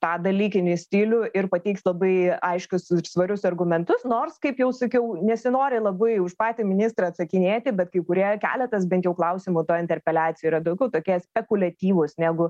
tą dalykinį stilių ir pateiks labai aiškius svarius argumentus nors kaip jau sakiau nesinori labai už patį ministrą atsakinėti bet kai kurie keletas bent jau klausimų toj interpeliacijoj yra daugiau tokie spekuliatyvūs negu